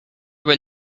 were